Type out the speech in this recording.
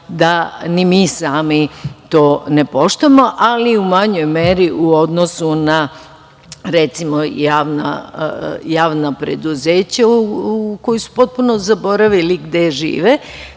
da ni mi sami to ne poštujemo, ali u manjoj meri u odnosu na, recimo, na javna preduzeća koja su potpuno zaboravili gde žive,